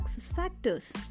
factors